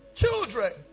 children